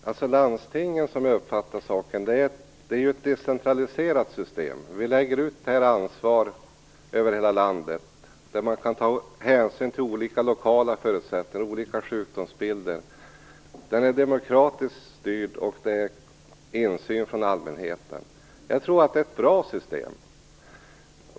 Fru talman! Landstingen är, som jag uppfattar saken, ett decentraliserat system. Vi lägger ut ansvaret över hela landet. Man kan ta hänsyn till olika lokala förutsättningar, olika sjukdomsbilder. De är demokratiskt styrda, och allmänheten har insyn. Jag tror att det är ett bra system.